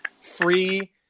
free